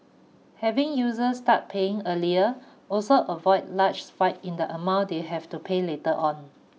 having users start paying earlier also avoid large spikes in the amount they have to pay later on